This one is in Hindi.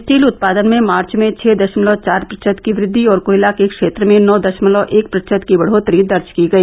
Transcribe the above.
स्टील उत्पादन में मार्च में छह दशमलव चार प्रतिशत की वृद्धि और कोयला के क्षेत्र में नौ दशमलव एक प्रतिशत की बढ़ोत्तरी दर्ज की गई